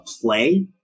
play